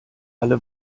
alle